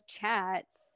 chats